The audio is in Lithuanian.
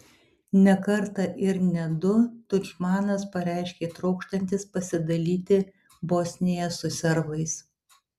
ne kartą ir ne du tudžmanas pareiškė trokštantis pasidalyti bosniją su serbais